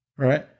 Right